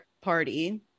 Party